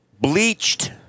bleached